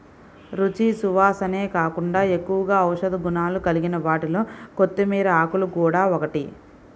రుచి, సువాసనే కాకుండా ఎక్కువగా ఔషధ గుణాలు కలిగిన వాటిలో కొత్తిమీర ఆకులు గూడా ఒకటి